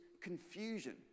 confusion